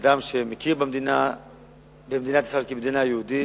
אדם שמכיר במדינת ישראל כמדינה יהודית.